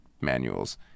manuals